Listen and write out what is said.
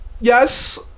yes